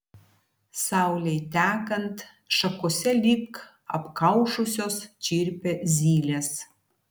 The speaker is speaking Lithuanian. saulei tekant šakose lyg apkaušusios čirpia zylės